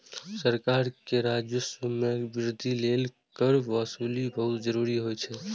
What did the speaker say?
सरकार के राजस्व मे वृद्धि लेल कर वसूली बहुत जरूरी होइ छै